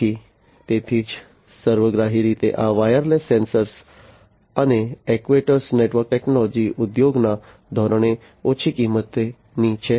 તેથી તેથીજ સર્વગ્રાહી રીતે આ વાયરલેસ સેન્સર અને એક્ટ્યુએટર નેટવર્ક ટેકનોલોજી ઉદ્યોગના ધોરણે ઓછી કિંમતની છે